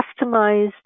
customized